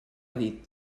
dit